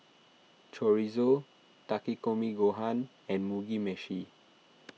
Chorizo Takikomi Gohan and Mugi Meshi